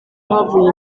havuye